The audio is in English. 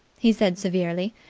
he said severely.